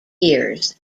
years